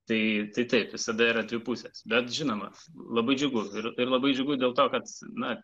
tai taip visada yra dvi pusės bet žinoma labai džiugu ir ir labai džiugu dėl to kad na